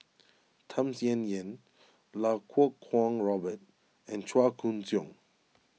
Tham Sien Yen Lau Kuo Kwong Robert and Chua Koon Siong